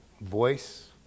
voice